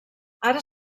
ara